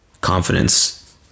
confidence